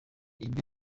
ibyo